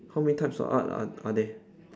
how many types of art are are there